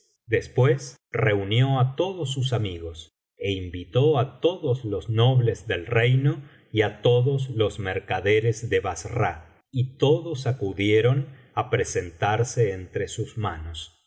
después reunió á todos sus amigos é invitó á todos los nobles del reino y á todos los mercaderes de basara y todos acudieron á presentarse entre sus manos